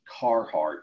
Carhartt